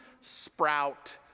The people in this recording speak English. sprout